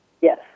Yes